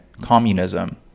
communism